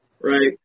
right